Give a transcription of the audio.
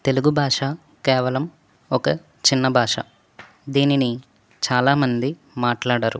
తెలుగు భాష కేవలం ఒక చిన్న భాష దీనిని చాలా మంది మాట్లాడరు